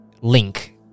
link